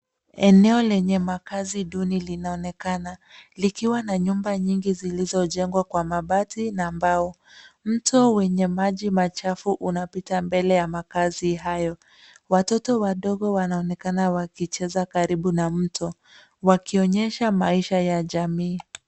Eneo lenye makazi duni linaonekana, likiwa na nyumba nyingi zilizojengwa kwa mabati na mbao. Mto wenye maji machafu, unapita mbele ya makazi hayo. Watoto wadogo wanaonekana wakicheza karibu na mto. Wakionyesha maisha ya jamii.